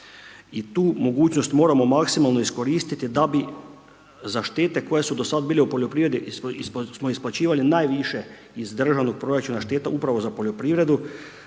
tu mogućnost moramo maksimalno iskoristiti da bi za štete koje su do sad bile u poljoprivredi jer smo isplaćivali najviše iz državnog proračuna štete upravo za poljoprivredu